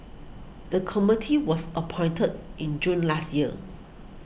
the committee was appointed in June last year